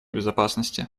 безопасности